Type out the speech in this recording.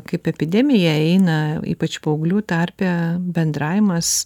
kaip epidemija eina ypač paauglių tarpe bendravimas